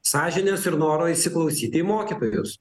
sąžinės ir noro įsiklausyti į mokytojus